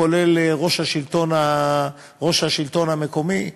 כולל יושב-ראש מרכז השלטון המקומי.